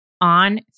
on